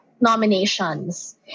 nominations